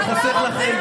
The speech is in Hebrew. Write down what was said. אני חוסך לכם,